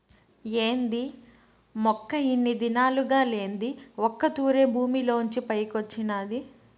ఏంది మొక్క ఇన్ని దినాలుగా లేంది ఒక్క తూరె భూమిలోంచి పైకొచ్చినాది